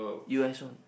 U S one